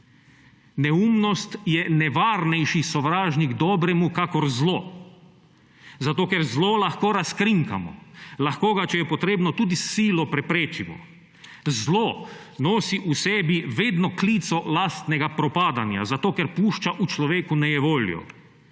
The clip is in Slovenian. Neumnost je nevarnejši sovražnik dobremu kakor zlo, zato ker zlo lahko razkrinkamo, lahko ga, če je potrebno, tudi s silo preprečimo, zlo nosi v sebi vedno klico lastnega propadanja, zato ker pušča v človeku nejevoljo.